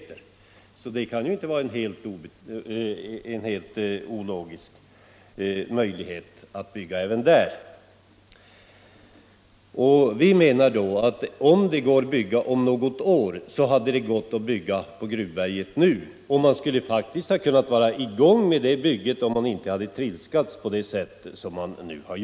Det kan alltså inte vara en helt ologisk möjlighet att bygga även där. Vi menar att går det att bygga på Gruvberget om något år, så hade det gått att bygga där nu. Det bygget skulle faktiskt ha kunnat vara i gång om man inte hade trilskats på det sätt som skett.